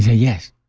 yes.